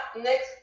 next